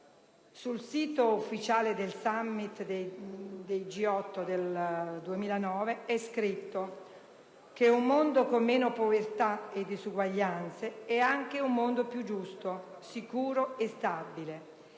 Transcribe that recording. Sul sito ufficiale del *summit* del G8 del 2009 è scritto che «un mondo con meno povertà e disuguaglianze è anche un mondo più giusto, sicuro e stabile»